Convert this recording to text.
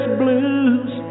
blues